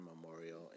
memorial